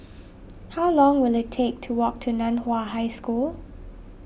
how long will it take to walk to Nan Hua High School